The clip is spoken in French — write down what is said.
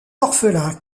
orphelin